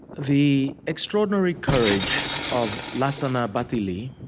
the extraordinary courage of lassana bathily,